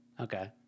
Okay